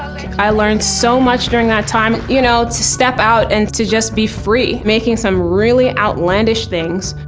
i learned so much during that time, you know, to step out and to just be free. making some really outlandish things,